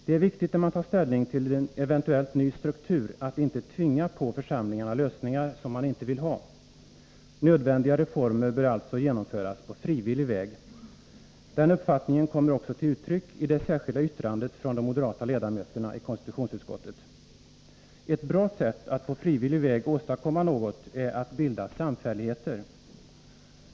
Det är viktigt, när man tar ställning till en eventuellt ny struktur, att inte tvinga på församlingar lösningar som de inte vill ha. Nödvändiga reformer bör alltså genomföras på frivillig väg. Den uppfattningen kommer också till uttryck i det särskilda yttrandet från de moderata ledamöterna i konstitutionsutskottet. Ett bra sätt att på frivillig väg åstadkomma något är att bilda samfälligheter.